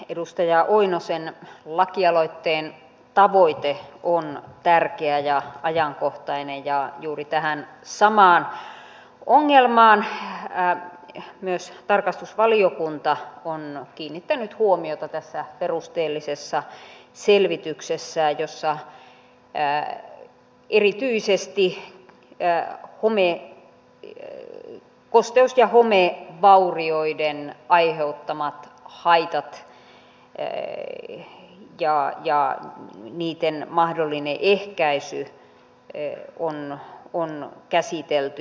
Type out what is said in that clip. edustaja oinosen lakialoitteen tavoite on tärkeä ja ajankohtainen ja juuri tähän samaan ongelmaan myös tarkastusvaliokunta on kiinnittänyt huomioita tässä perusteellisessa selvityksessä jossa erityisesti kosteus ja homevaurioiden aiheuttamat haitat ja niitten mahdollinen ehkäisy on käsitelty